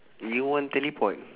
you want teleport